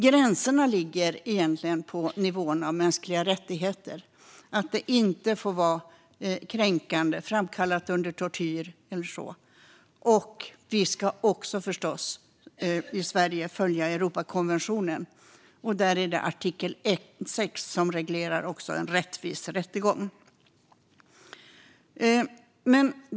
Gränserna ligger egentligen på nivåerna om mänskliga rättigheter. Det får inte vara kränkande, framkallat under tortyr, eller liknande. Vi ska förstås också i Sverige följa Europakonventionen. Där är det artikel 6 som reglerar en rättvis rättegång.